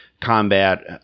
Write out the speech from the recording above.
combat